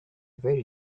very